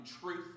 truth